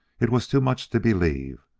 it was too much to believe.